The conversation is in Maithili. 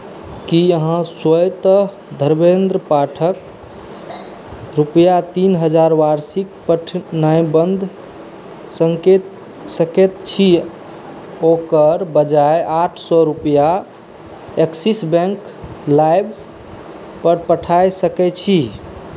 की अहाँ स्वतः धर्मेन्द्र पाठक रुपैआ तीन हजार वार्षिक पठेनाइ बन्द सङ्केत सकैत छी ओकर बजाय आठ सए रुपैआ एक्सिस बैंक लाइमपर पठा सकैत छी